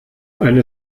eine